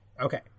Okay